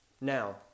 now